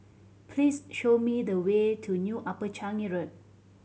please show me the way to New Upper Changi Road